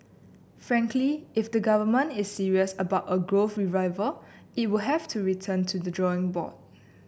frankly if the government is serious about a growth revival it will have to return to the drawing board